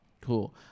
Cool